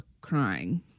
crying